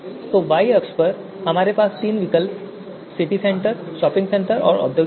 तो y अक्ष पर हमारे पास तीन विकल्प हैं सिटी सेंटर शॉपिंग सेंटर और औद्योगिक क्षेत्र